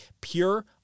pure